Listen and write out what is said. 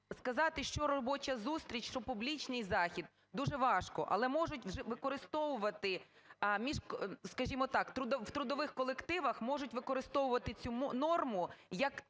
сказати, що робоча зустріч, що публічний захід – дуже важко, але можуть використовувати, скажімо так, в трудових колективах можуть використовувати цю норму як…